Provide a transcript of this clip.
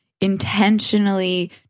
intentionally